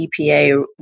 EPA